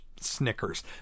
Snickers